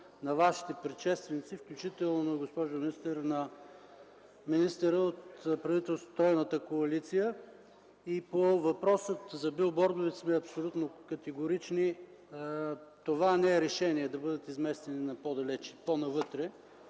на Вашите предшественици, включително, госпожо министър, на министъра от правителството на тройната коалиция. По въпроса за билбордовете сме абсолютно категорични, че това не е решение – да бъдат изместени по-навътре